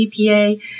EPA